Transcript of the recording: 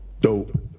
dope